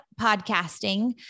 podcasting